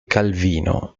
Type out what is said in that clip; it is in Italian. calvino